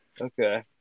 Okay